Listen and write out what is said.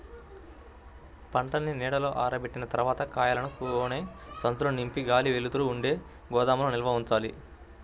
పంటని నీడలో ఆరబెట్టిన తర్వాత కాయలను గోనె సంచుల్లో నింపి గాలి, వెలుతురు ఉండే గోదాముల్లో నిల్వ ఉంచాలి